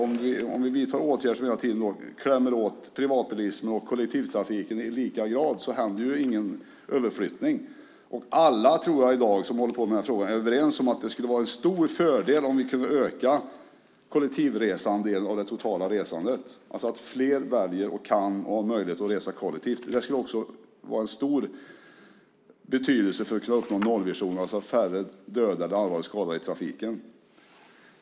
Om vi vidtar åtgärder som hela tiden klämmer åt privatbilismen och kollektivtrafiken i lika hög grad sker det ingen överflyttning. Jag tror att alla som arbetar med denna fråga i dag är överens om att det skulle vara en stor fördel om vi kunde öka andelen kollektivresande av det totala resandet, alltså att fler väljer och har möjlighet att resa kollektivt. Det skulle också ha stor betydelse för att uppnå nollvisionen, alltså att färre blir allvarligt skadade och dödade i trafiken.